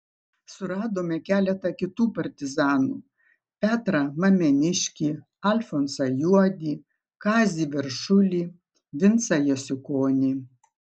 suradome keletą kitų partizanų petrą mameniškį alfonsą juodį kazį veršulį vincą jasiukonį